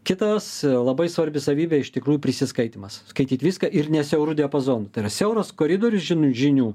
kitas labai svarbi savybė iš tikrųjų prisiskaitymas skaityt viską ir ne siauru diapazonu tai yra siauras koridorius žinių žinių